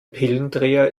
pillendreher